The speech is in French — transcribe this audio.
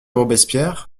robespierre